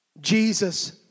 Jesus